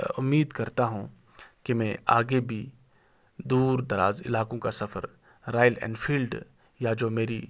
امید کرتا ہوں کہ میں آگے بھی دور دراز علاقوں کا سفر رائل اینفیلڈ یا جو میری